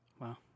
Wow